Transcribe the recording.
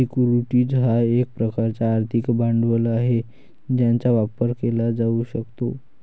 securities हा एक प्रकारचा आर्थिक भांडवल आहे ज्याचा व्यापार केला जाऊ शकतो